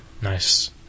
nice